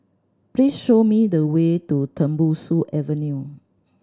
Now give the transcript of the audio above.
please show me the way to Tembusu Avenue